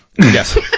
Yes